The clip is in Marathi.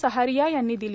सहारिया यांनी दिली